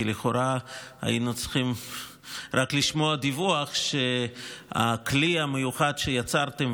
כי לכאורה היינו צריכים רק לשמוע דיווח שהכלי המיוחד שיצרתם,